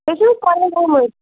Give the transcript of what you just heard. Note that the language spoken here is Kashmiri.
تُہۍ چھُو حظ پَرویز احمد